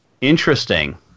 Interesting